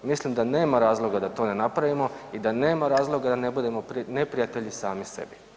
Mislim da nema razloga da to ne napravimo i da nema razloga da ne budemo neprijatelji sami sebi.